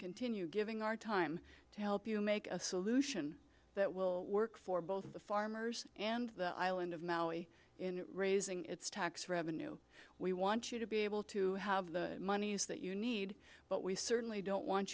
continue giving our time to help you make a solution that will work for both the farmers and the island of maui in raising its tax revenue we want you to be able to have the monies that you need but we certainly